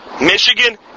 Michigan